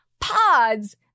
Pods